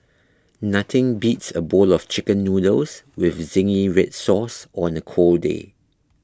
nothing beats a bowl of Chicken Noodles with Zingy Red Sauce on a cold day